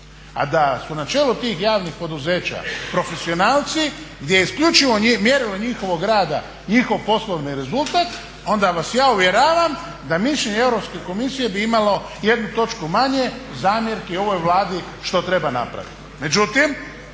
A da su na čelu tih javnih poduzeća profesionalci gdje je isključivo mjerilo njihovog rada njihov poslovni rezultat onda vas ja uvjeravam da mišljenje Europske komisije bi imalo jednu točku manje zamjerki ovoj Vladi što treba napraviti.